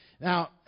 Now